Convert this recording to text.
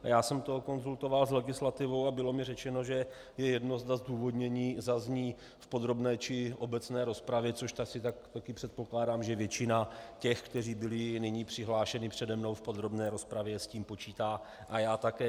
Já jsem to konzultoval s legislativou a bylo mi řečeno, že je jedno, zda zdůvodnění zazní v podrobné, či obecné rozpravě, což asi tak předpokládám, že většina těch, kteří byli nyní přihlášeni přede mnou v podrobné rozpravě, s tím počítá, a já také.